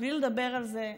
בלי לדבר על זה,